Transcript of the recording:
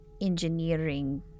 engineering